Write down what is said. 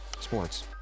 sports